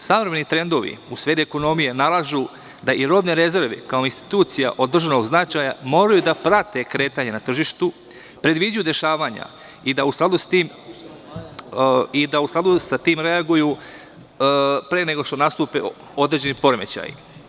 Savremeni trendovi u sferi ekonomije nalažu da i robne rezerve, kao institucija od državnog značaja, moraju da prate kretanje na tržištu, predviđaju dešavanja i da u skladu sa tim reaguju pre nego što nastupe određeni poremećaji.